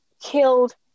killed